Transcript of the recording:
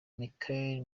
michael